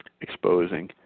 exposing